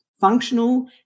functional